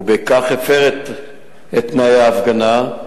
ובכך הפר את תנאי ההפגנה.